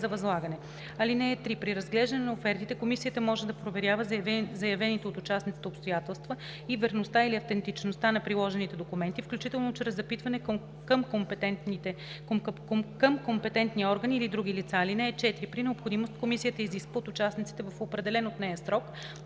възлагане. (3) При разглеждане на офертите комисията може да проверява заявените от участниците обстоятелства и верността или автентичността на приложени документи, включително чрез запитване към компетентни органи или други лица. (4) При необходимост комисията изисква от участниците в определен от нея срок,